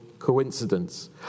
coincidence